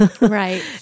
Right